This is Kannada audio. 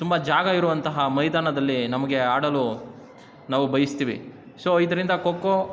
ತುಂಬ ಜಾಗವಿರುವಂತಹ ಮೈದಾನದಲ್ಲಿ ನಮಗೆ ಆಡಲು ನಾವು ಬಯಸ್ತೀವಿ ಸೊ ಇದರಿಂದ ಖೊ ಖೋ